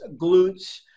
glutes